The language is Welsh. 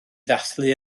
ddathlu